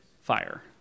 fire